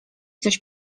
coś